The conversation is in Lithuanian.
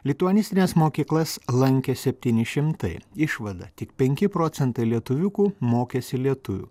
lituanistines mokyklas lankė septyni šimtai išvada tik penki procentai lietuviukų mokėsi lietuvių